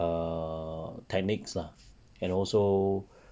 err techniques ah and also